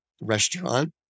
restaurant